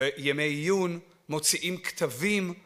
ימי יון מוציאים כתבים